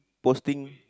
posting